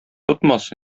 тотмас